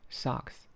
socks